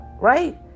right